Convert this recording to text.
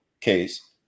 case